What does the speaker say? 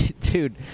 Dude